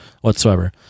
whatsoever